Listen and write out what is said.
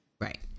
Right